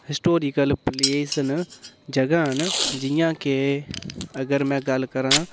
historical place न जगह् न जियां के अगर मैं गल्ल करां